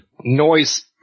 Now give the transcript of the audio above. noise